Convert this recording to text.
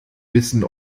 wissen